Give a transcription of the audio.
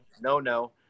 no-no